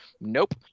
Nope